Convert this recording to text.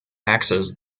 access